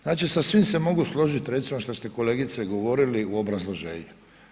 Znači sa svim se mogu složit recimo šta ste kolegice govorili u obrazloženju.